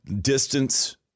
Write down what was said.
Distance